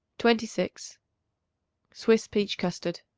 twenty six swiss peach custard.